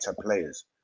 players